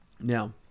Now